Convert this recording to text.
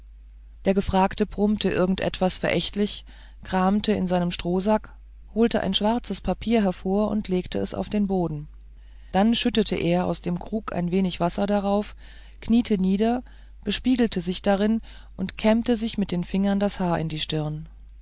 der gefragte brummte irgend etwas verächtlich kramte in seinem strohsack holte ein schwarzes papier hervor und legte es auf den boden dann schüttete er aus dem krug ein wenig wasser darauf kniete nieder bespiegelte sich darin und kämmte sich mit den fingern das haar in die stirn